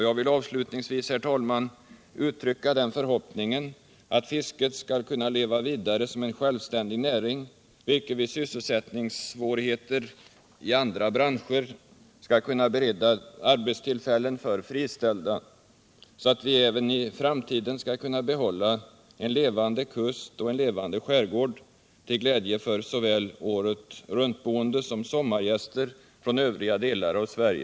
Jag vill avslutningsvis uttrycka den förhoppningen att fisket skall kunna leva vidare som en självständig näring, vilken vid sysselsättningssvårigheter i andra branscher kan bereda arbetstillfällen för friställda, så att vi även i framtiden kan ha en levande kust och en levande skärgård, till glädje för såväl åretruntboende som sommargäster från övriga delar av Sverige.